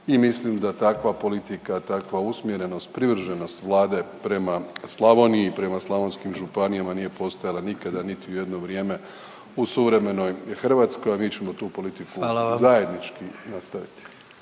i mislim da takva politika, takva usmjerenost, privrženost Vlade prema Slavoniji i prema slavonskim županijama nije postojala nikada niti u jedno vrijeme u suvremenoj Hrvatskoj, a mi ćemo tu politiku … …/Upadica